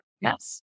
Yes